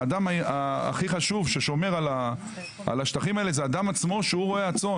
האדם הכי חשוב ששומר על השטחים האלה זה האדם שהוא רועה הצאן,